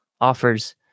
offers